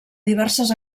diverses